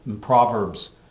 Proverbs